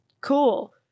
cool